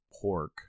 pork